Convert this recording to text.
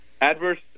Adverse